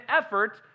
effort